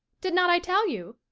did not i tell you?